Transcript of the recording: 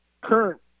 current